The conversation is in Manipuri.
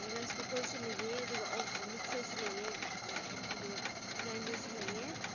ꯔꯥꯏꯁ ꯀꯨꯛꯀꯔꯁꯨ ꯂꯩꯌꯦ ꯑꯗꯨꯒ ꯃꯤꯛꯆꯔꯁꯨ ꯂꯩꯌꯦ ꯑꯗꯨꯒ ꯒ꯭ꯔꯥꯏꯟꯗꯔꯁꯨ ꯂꯩꯌꯦ